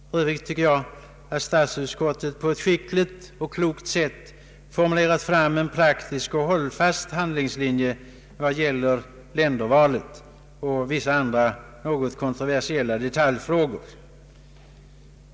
För Övrigt anser jag att statsutskottet på ett skickligt och klokt sätt formulerat en praktisk och hållfast handlingslinje vad gäller ländervalet och vissa andra något kontroversiella detaljfrågor.